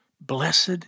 Blessed